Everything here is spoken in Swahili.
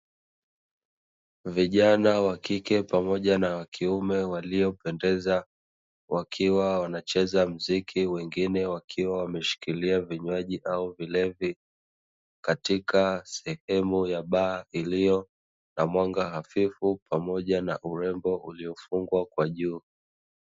Vijana wa kike pamoja na wa kiume waliopendeza, wakiwa wanacheza muziki, wengine wakiwa wameshikilia vinywaji au vilevi katika sehemu ya baa iliyo na mwanga hafifu, pamoja na urembo uliofungwa kwa juu.